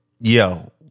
Yo